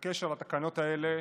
אני מבקש שהתקנות האלה,